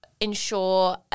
ensure